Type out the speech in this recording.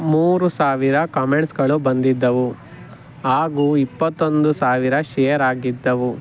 ಮೂರು ಸಾವಿರ ಕಾಮೆಂಟ್ಸ್ಗಳು ಬಂದಿದ್ದವು ಹಾಗೂ ಇಪ್ಪತ್ತೊಂದು ಸಾವಿರ ಶೇರ್ ಆಗಿದ್ದವು